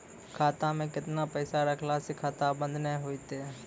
खाता मे केतना पैसा रखला से खाता बंद नैय होय तै?